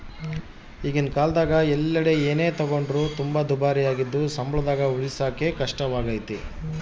ಈಗಿನ ಕಾಲದಗ ಎಲ್ಲೆಡೆ ಏನೇ ತಗೊಂಡ್ರು ತುಂಬಾ ದುಬಾರಿಯಾಗಿದ್ದು ಸಂಬಳದಾಗ ಉಳಿಸಕೇ ಕಷ್ಟವಾಗೈತೆ